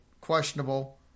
questionable